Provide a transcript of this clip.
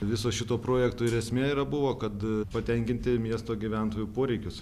viso šito projekto ir esmė ir buvo kad patenkinti miesto gyventojų poreikius